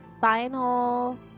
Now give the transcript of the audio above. final